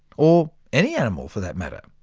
or any animal for that matter?